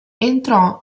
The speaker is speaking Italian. entrò